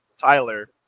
Tyler